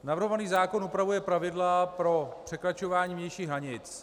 Navrhovaný zákon upravuje pravidla pro překračování vnějších hranic.